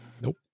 Nope